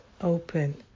open